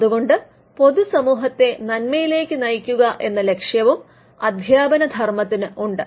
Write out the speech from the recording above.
അതുകൊണ്ട് പൊതുസമൂഹത്തെ നന്മയിലേക്ക് നയിക്കുക എന്ന ലക്ഷ്യവും അദ്ധ്യാപനധർമ്മത്തിന് ഉണ്ട്